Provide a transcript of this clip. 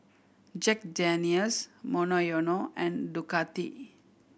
Jack Daniel's Monoyono and Ducati